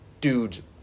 Dude